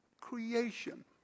creation